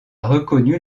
reconnu